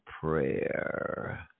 prayer